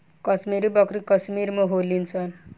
कश्मीरी बकरी कश्मीर में होली सन